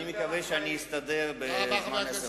אני מקווה שאני אסתדר בזמן של עשר דקות.